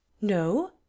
No